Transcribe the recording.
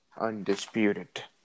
Undisputed